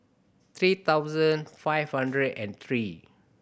three thousand five hundred and three